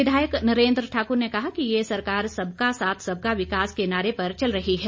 विधायक नरेन्द्र ठाकुर ने कहा कि यह सरकार सबका साथ सबका विकास के नारे पर चल रही है